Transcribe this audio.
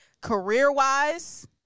career-wise